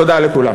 תודה לכולם.